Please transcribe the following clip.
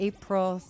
April